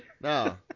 no